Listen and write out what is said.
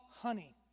honey